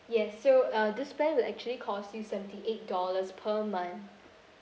yes so uh this plan will actually cost you seventy eight dollars per month